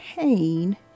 pain